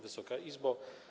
Wysoka Izbo!